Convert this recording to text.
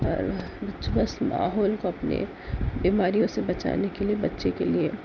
اور بس ماحول کو اپنے بیماریوں سے بچانے کے لئے بچے کے لئے